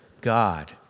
God